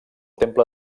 temple